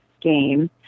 game